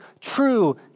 true